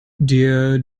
der